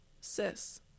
sis